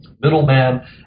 middleman